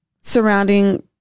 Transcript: surrounding